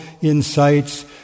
insights